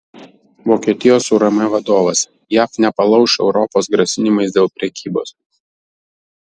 vokietijos urm vadovas jav nepalauš europos grasinimais dėl prekybos